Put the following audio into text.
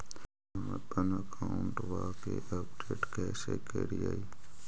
हमपन अकाउंट वा के अपडेट कैसै करिअई?